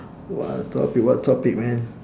what topic what topic man